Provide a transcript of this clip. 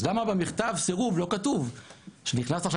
אז למה במכתב סירוב לא כתוב שנכנסת עכשיו